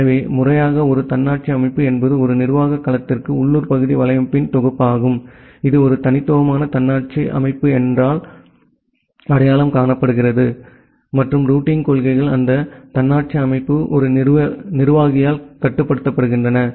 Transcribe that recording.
எனவே முறையாக ஒரு தன்னாட்சி அமைப்பு என்பது ஒரு நிர்வாக களத்திற்கான உள்ளூர் பகுதி வலையமைப்பின் தொகுப்பாகும் இது ஒரு தனித்துவமான தன்னாட்சி அமைப்பு எண்ணால் அடையாளம் காணப்படுகிறது மற்றும் ரூட்டிங் கொள்கைகள் அந்த தன்னாட்சி அமைப்பு ஒரு நிர்வாகியால் கட்டுப்படுத்தப்படுகின்றன